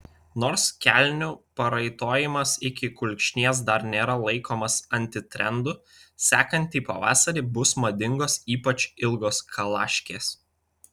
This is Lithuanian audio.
nors kelnių paraitojimas iki kulkšnies dar nėra laikomas antitrendu sekantį pavasarį bus madingos ypač ilgos kalaškės